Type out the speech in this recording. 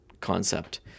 concept